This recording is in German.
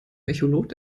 echolot